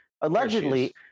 allegedly